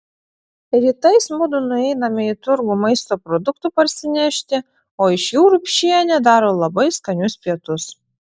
rytais mudu nueiname į turgų maisto produktų parsinešti o iš jų urbšienė daro labai skanius pietus